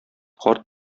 карт